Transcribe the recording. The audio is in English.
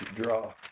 draw